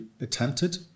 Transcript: attempted